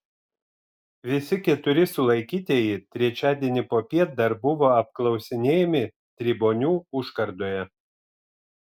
visi keturi sulaikytieji trečiadienį popiet dar buvo apklausinėjami tribonių užkardoje